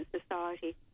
society